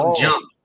Jump